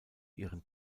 ihren